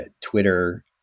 Twitter